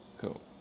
cool